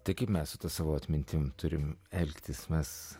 taigi mes su ta savo atmintim turime elgtis mes